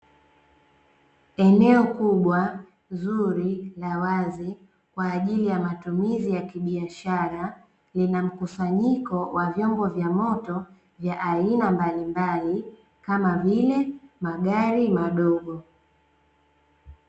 Eneo kubwa zuri la wazi kwa ajili ya matumizi ya kibiashara linamkusanyiko wa vyombo vya moto vya aina mbalimbali kama vile magari madogo.